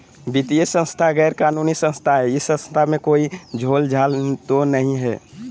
वित्तीय संस्था गैर कानूनी संस्था है इस संस्था में कोई झोलझाल तो नहीं है?